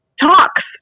talks